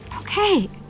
Okay